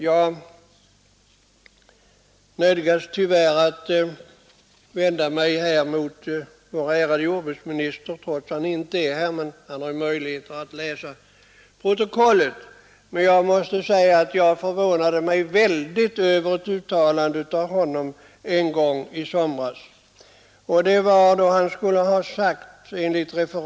Jag nödgas tyvärr vända mig mot vår ärade jordbruksminister, trots att han inte är närvarande i kammaren — men han har ju möjligheter att läsa protokollet. Jag förvånade mig väldigt över ett uttalande som han enligt ett tidningsreferat skulle ha gjort någon gång i somras.